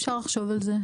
אפשר לחשוב על זה.